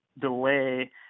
delay